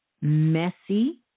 messy